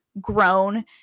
grown